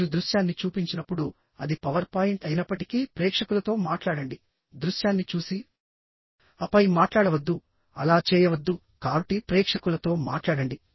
మీరు దృశ్యాన్ని చూపించినప్పుడు అది పవర్ పాయింట్ అయినప్పటికీ ప్రేక్షకులతో మాట్లాడండి దృశ్యాన్ని చూసి ఆపై మాట్లాడవద్దు అలా చేయవద్దు కాబట్టి ప్రేక్షకులతో మాట్లాడండి